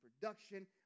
production